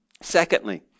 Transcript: Secondly